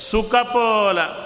Sukapola